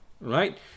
right